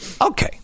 Okay